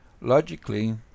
Logically